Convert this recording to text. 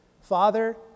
Father